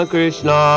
Krishna